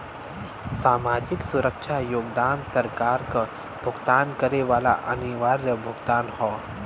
सामाजिक सुरक्षा योगदान सरकार क भुगतान करे वाला अनिवार्य भुगतान हौ